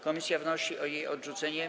Komisja wnosi o jej odrzucenie.